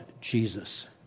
Jesus